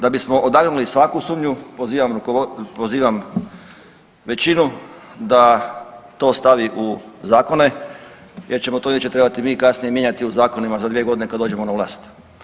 Da bismo odagnali svaku sumnju pozivam većinu da to stavi u zakone jer ćemo to inače trebati mi kasnije mijenjati u zakonima za 2.g. kad dođemo na vlast.